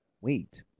Wait